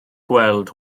gweld